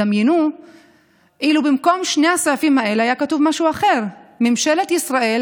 דמיינו אילו במקום שני הסעיפים האלה היה כתוב משהו אחר: ממשלת ישראל